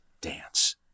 dance